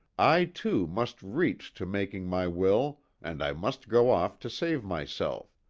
i, too, must reach to making my will and i must go off to save myself.